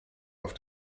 auf